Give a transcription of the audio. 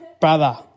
brother